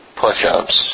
push-ups